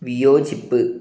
വിയോജിപ്പ്